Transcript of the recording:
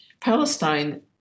Palestine